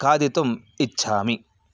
खादितुम् इच्छामि